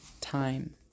time